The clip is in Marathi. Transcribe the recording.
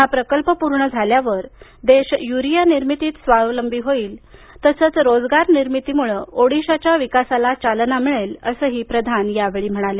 हा प्रकल्प पूर्ण झाल्यावर देश युरिया निर्मितीत स्वावलंबी होईल तसंच रोजगार निर्मितीमुळं ओदिशाच्या विकासाला चालना मिळेल असंही ते म्हणाले